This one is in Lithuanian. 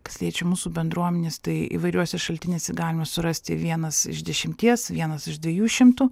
kas liečia mūsų bendruomenės tai įvairiuose šaltiniuose galima surasti vienas iš dešimties vienas iš dviejų šimtų